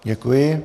Děkuji.